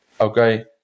Okay